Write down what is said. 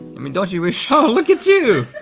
i mean don't you wish so look at you.